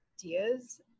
ideas